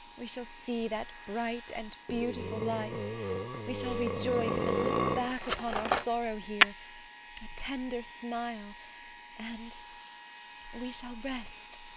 we shall see that bright and beautiful life we shall rejoice and look back upon our sorrow here a tender smile and we shall rest.